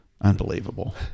Unbelievable